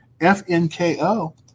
F-N-K-O